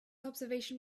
observation